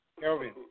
Kelvin